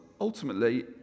ultimately